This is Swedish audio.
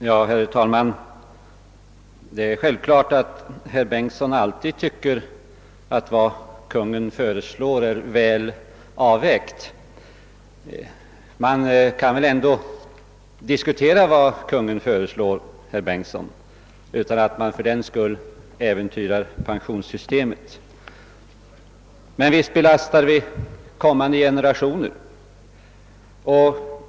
Herr talman! Det är självklart att herr Bengtsson i Varberg alltid tycker att vad Kungl. Maj:t föreslår är väl avvägt. Men man kan väl, herr Bengtsson i Varberg, diskutera Kungl. Maj:ts förslag utan att fördenskull äventyra pensionssystemet. Visst belastar vi genom avgiftsuttaget kommande generationer!